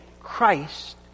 Christ